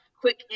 quick